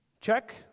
check